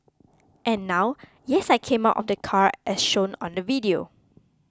and now yes I came out of the car as shown on the video